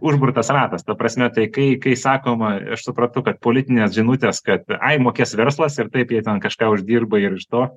užburtas ratas ta prasme tai kai kai sakoma aš supratau kad politinės žinutės kad ai mokės verslas ir taip jie ten kažką uždirba ir iš to